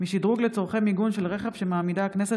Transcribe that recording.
משדרוג לצורכי מיגון של רכב שמעמידה הכנסת